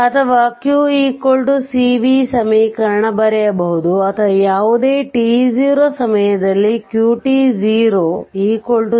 ಅಥವಾ q c v ಸಮೀಕರಣ ಬರೆಯಬಹುದು ಅಥವಾ ಯಾವುದೇ t0 ಸಮಯದಲ್ಲಿ qt0 c vt0